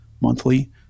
monthly